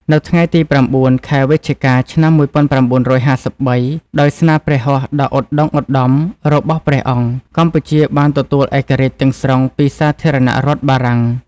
នៅថ្ងៃទី៩ ខែវិច្ឆិកា ឆ្នាំ១៩៥៣ ដោយស្នាព្រះហស្តដ៏ឧត្ដុង្គឧត្ដមរបស់ព្រះអង្គ កម្ពុជាបានទទួលឯករាជ្យទាំងស្រុងពីសាធារណរដ្ឋបារាំង។